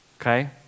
okay